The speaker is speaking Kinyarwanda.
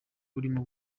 arimo